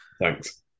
thanks